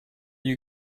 you